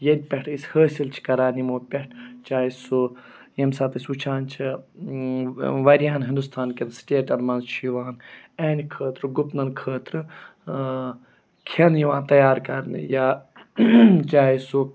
ییٚتہِ پٮ۪ٹھ أسۍ حٲصِل چھِ کَران یِمو پٮ۪ٹھ چاہے سُہ ییٚمہِ ساتہٕ أسۍ وٕچھان چھِ واریاہَن ہُندُستانکٮ۪ن سٕٹیٹَن منٛز چھِ یِوان یِہںٛدِ خٲطرٕ گُپنَن خٲطرٕ کھٮ۪ن یِوان تیار کَرنہٕ یا چاہے سُہ